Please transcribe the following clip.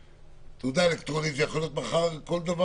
תעודה אלקטרונית יכולה להיות מחר כל דבר